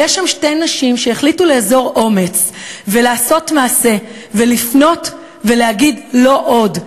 ויש שם שתי נשים שהחליטו לאזור אומץ ולעשות מעשה ולפנות ולהגיד: לא עוד.